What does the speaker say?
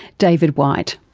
david white.